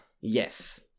yes